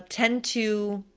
tend to,